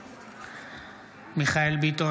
משתתפת בהצבעה מיכאל מרדכי ביטון,